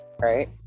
Right